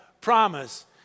promise